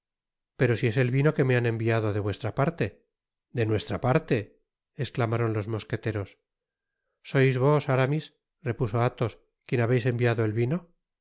pero si es el vino que me han enviado de vuestra parte de nuestra parte esclamaron los mosqueteros sois vos aramis repuso athos quien habeis enviado el vino